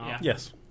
Yes